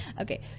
okay